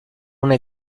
una